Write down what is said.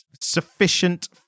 sufficient